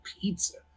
pizza